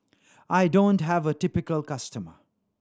I don't have a typical customer